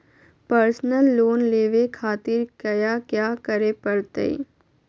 Personal loan लेवे खातिर कया क्या करे पड़तइ?